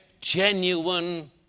genuine